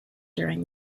during